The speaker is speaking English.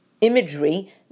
imagery